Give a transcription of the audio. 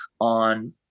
on